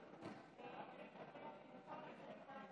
אבידר, מצביע יולי יואל